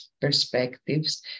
perspectives